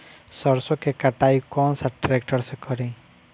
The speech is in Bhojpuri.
सरसों के कटाई कौन सा ट्रैक्टर से करी?